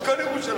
את כל ירושלים,